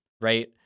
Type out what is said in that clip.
right